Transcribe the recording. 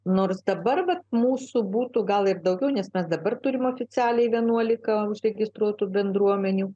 nors dabar vat mūsų būtų gal ir daugiau nes mes dabar turim oficialiai vienuolika užregistruotų bendruomenių